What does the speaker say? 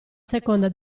seconda